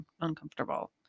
uncomfortable